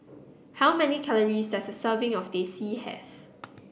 how many calories does a serving of Teh C have